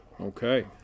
Okay